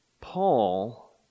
Paul